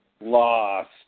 Lost